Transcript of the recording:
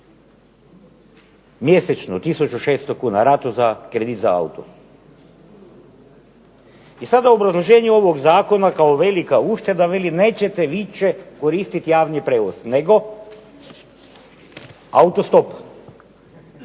mjesečno 1600 kuna, ratu za kredit za auto. I sada u obrazloženju ovog zakona kao velika ušteda veli nećete više koristi javni prijevoz, nego auto stop